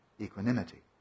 equanimity